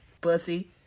pussy